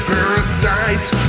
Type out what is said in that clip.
Parasite